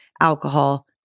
alcohol